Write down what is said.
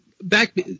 back